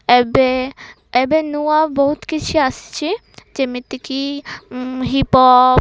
ଏବେ ଏବେ ନୂଆ ବହୁତ କିଛି ଆସିଛି ଯେମିତିକି ହିପ୍ ହପ୍